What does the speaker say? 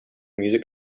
music